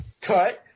Cut